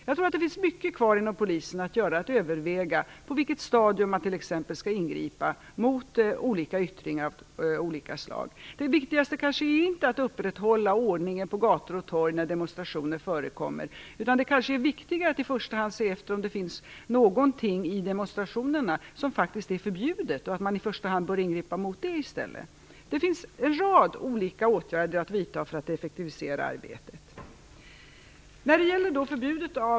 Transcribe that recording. Jag tror att det finns mycket kvar inom polisen att göra, t.ex. att överväga på vilket stadium man skall ingripa mot yttringar av olika slag. Det viktigaste kanske inte är att upprätthålla ordningen på gator och torg när demonstrationer förekommer. Det kanske är viktigare att i första hand se efter om det finns någonting i demonstrationerna som är förbjudet och i första hand ingripa mot det i stället. Det finns en rad olika åtgärder att vidta för att effektivisera arbetet.